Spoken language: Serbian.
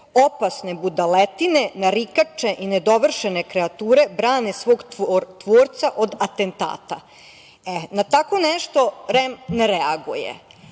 opasne budaletine, narikače i nedovršene kreature brane svog tvorca od atentata. Na tako nešto REM ne reaguje. Ovim